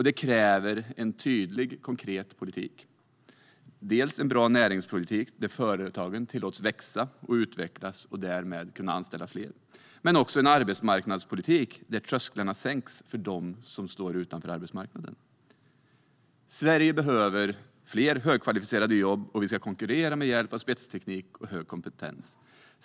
Det kräver en tydlig, konkret politik: en bra näringspolitik där företagen tillåts växa och utvecklas och därmed kan anställa fler men också en arbetsmarknadspolitik där trösklarna sänks för dem som står utanför arbetsmarknaden. Sverige behöver fler högkvalificerade jobb, och vi ska konkurrera med hjälp av spetsteknik och hög kompetens.